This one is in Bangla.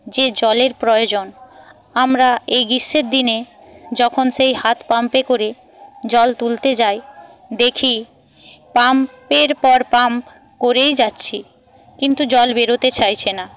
যে জলের প্রয়োজনে আমরা এই গ্রীষ্মের দিনে যখন সেই হাতপাম্পে করে জল তুলতে যাই দেখি পাম্পের পর পাম্প করেই যাচ্ছি কিন্তু জল বেরোতে চাইছে না